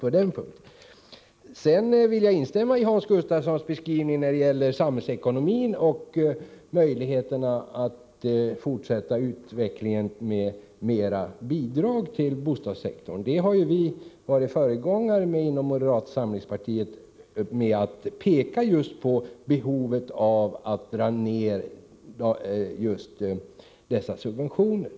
Sedan vill jag instämma i Hans Gustafssons beskrivning när det gäller samhällsekonomin och möjligheterna att fortsätta utvecklingen med mera bidrag till bostadssektorn. Vi har inom moderata samlingspartiet varit föregångare med att peka på just behovet av att dra ned dessa subventioner.